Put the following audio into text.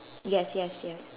yes yes yes